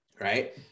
right